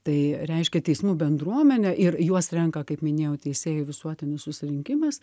tai reiškia teismų bendruomenė ir juos renka kaip minėjau teisėjų visuotinis susirinkimas